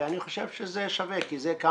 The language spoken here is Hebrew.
ואני חושב שזה שווה כי זה,